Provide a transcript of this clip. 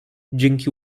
dzięki